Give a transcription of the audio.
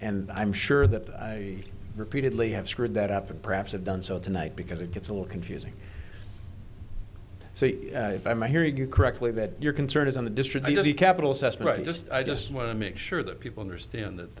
and i'm sure that i repeatedly have screwed that up and perhaps have done so tonight because it gets a little confusing so if i'm hearing you correctly that your concern is on the distributor the capitol's that's right just i just want to make sure that people understand that